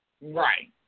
Right